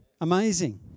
Amazing